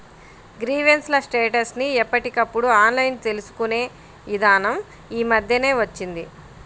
grievance ల status ని ఎప్పటికప్పుడు ఆన్లైన్ తెలుసుకునే ఇదానం యీ మద్దెనే వచ్చింది